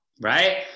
Right